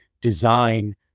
design